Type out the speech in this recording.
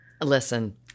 Listen